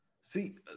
See